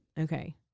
Okay